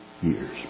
years